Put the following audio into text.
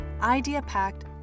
idea-packed